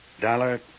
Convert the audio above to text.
Dollar